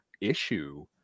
issue